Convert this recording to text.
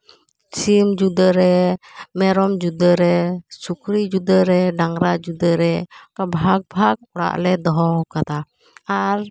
ᱥᱤᱢ ᱡᱩᱫᱟᱹ ᱨᱮ ᱢᱮᱨᱚᱢ ᱡᱩᱫᱟᱹ ᱨᱮ ᱥᱩᱠᱨᱤ ᱡᱩᱫᱟ ᱨᱮ ᱰᱟᱝᱨᱟ ᱡᱩᱫᱟᱹ ᱨᱮ ᱚᱝᱠᱟ ᱵᱷᱟᱜᱽ ᱵᱷᱟᱜᱽ ᱚᱲᱟᱜ ᱞᱮ ᱫᱚᱦᱚᱣᱟᱠᱟᱫᱟ ᱟᱨ